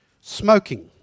smoking